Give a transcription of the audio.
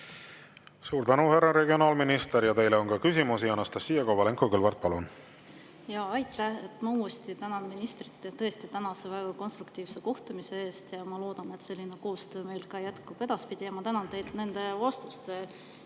Suur tänu, härra regionaalminister! Ja teile on ka küsimusi. Anastassia Kovalenko-Kõlvart, palun! Aitäh! Ma uuesti tänan ministrit tõesti tänase väga konstruktiivse kohtumise eest. Ma loodan, et selline koostöö jätkub ka edaspidi. Ja ma tänan teid nende vastuste